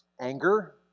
Anger